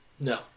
No